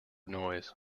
noise